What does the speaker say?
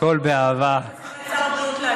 בכל נאום שלי אני מזכירה שמונה פעמים את שר הבריאות לעתיד,